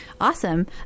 Awesome